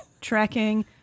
tracking